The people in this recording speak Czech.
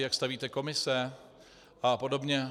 Jak stavíte komise a podobně?